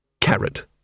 Carrot